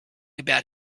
about